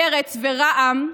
מרצ ורע"מ,